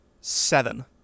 Seven